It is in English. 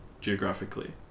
geographically